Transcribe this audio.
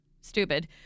Stupid